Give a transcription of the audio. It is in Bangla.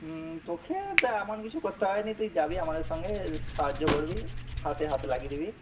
হুম তোকে তেমন কিছু করতে হবে না তুই যাবি আমাদের সঙ্গে সাহায্য করবি হাতে হাত লাগিয়ে দিবি